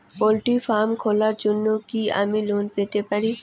Poultry farm খোলার জন্য কি আমি লোন পেতে পারি?